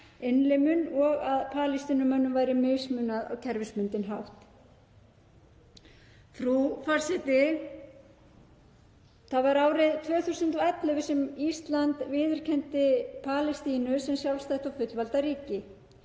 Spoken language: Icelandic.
innlimun og að Palestínumönnum væri mismunað á kerfisbundinn hátt. Frú forseti. Það var árið 2011 sem Ísland viðurkenndi Palestínu sem sjálfstætt og fullvalda ríki.